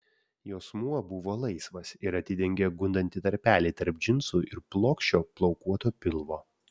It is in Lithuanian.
juosmuo buvo laisvas ir atidengė gundantį tarpelį tarp džinsų ir plokščio plaukuoto pilvo